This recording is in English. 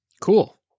Cool